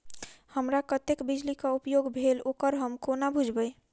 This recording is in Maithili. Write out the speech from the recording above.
हमरा कत्तेक बिजली कऽ उपयोग भेल ओकर हम कोना बुझबै?